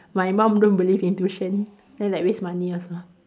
my mum don't believe in tuition then like waste money also